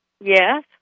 Yes